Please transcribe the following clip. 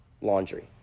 Laundry